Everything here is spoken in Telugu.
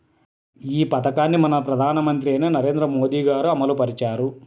ఈ పథకాన్ని మన ప్రధానమంత్రి అయిన నరేంద్ర మోదీ గారు అమలు పరిచారు